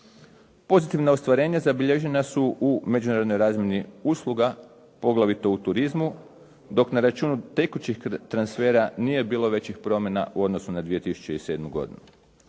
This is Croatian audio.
Pozitivna ostvarenja zabilježena su u međunarodnoj razmjeni usluga poglavito u turizmu dok na računu tekućih transfera nije bilo većih promjena u odnosu na 2007. godinu.